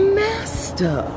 master